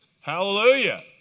Hallelujah